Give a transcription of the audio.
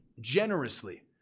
generously